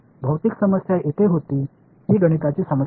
physical இங்கே இருந்தது இது ஒரு கணித பிரச்சினை